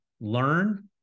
learn